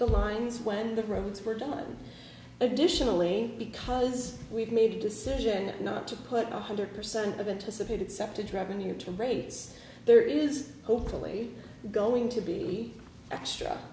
the lines when the roads were done additionally because we've made a decision not to put one hundred percent of anticipated septa drive in your two raids there is hopefully going to be extra